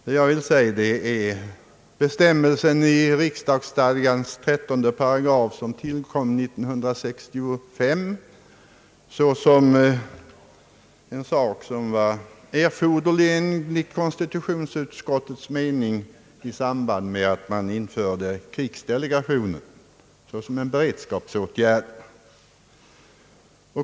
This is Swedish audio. Vad jag vill ha framfört gäller bestämmelsen i riksdagsstadgans 13 §, som tillkom år 1965 därför att den enligt konstitutionsutskottets mening ansågs erforderlig i samband med införandet av krigsdelegationen såsom en beredskapsåtgärd.